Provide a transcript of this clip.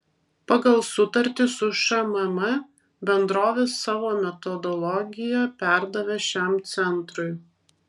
pagal sutartį su šmm bendrovė savo metodologiją perdavė šiam centrui